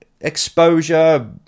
exposure